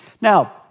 Now